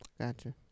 gotcha